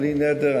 בלי נדר,